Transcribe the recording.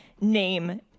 name